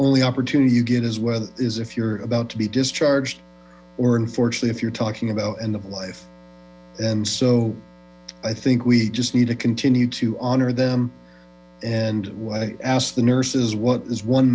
only opportunity you get is is if you're about to b discharged or unfortunately if you're talking about end of life and so i think we just need to continue to honor them and why ask the nurses what is one